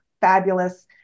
fabulous